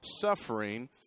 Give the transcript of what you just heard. suffering